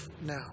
now